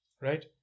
Right